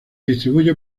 distribuye